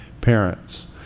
parents